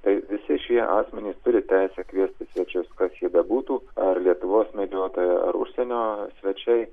tai visi šie asmenys turi teisę kviestis svečius kad jie bebūtų ar lietuvos medžiotojai ar užsienio svečiai